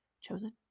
Chosen